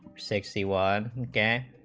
sixty one dead